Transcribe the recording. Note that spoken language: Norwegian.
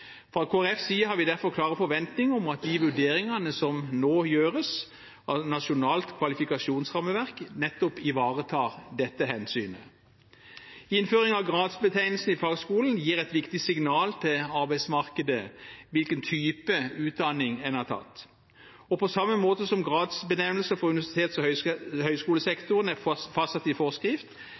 Fra Kristelig Folkepartis side har vi derfor klare forventninger om at de vurderingene som nå gjøres av Nasjonalt kvalifikasjonsrammeverk, nettopp ivaretar dette hensynet. Innføring av gradsbetegnelser i fagskolene gir et viktig signal til arbeidsmarkedet om hvilken type utdanning en har tatt. På samme måte som gradsbenevnelser i universitets- og høyskolesektoren er fastsatt i forskrift,